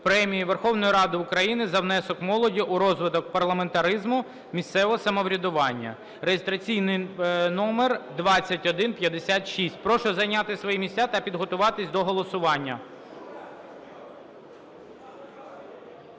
Премії Верховної Ради України за внесок молоді у розвиток парламентаризму, місцевого самоврядування (реєстраційний номер 2156). Прошу зайняти свої місця та підготуватися до голосування.